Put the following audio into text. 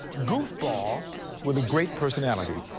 goofball with a great personality.